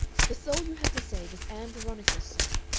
the soul you have to save is ann veronica's soul.